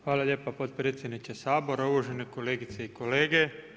Hvala lijepa potpredsjedniče Sabora, uvažene kolegice i kolege.